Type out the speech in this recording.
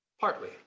partly